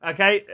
Okay